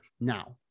Now